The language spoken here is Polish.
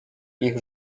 ich